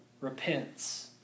repents